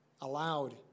allowed